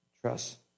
Trust